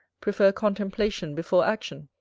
prefer contemplation before action.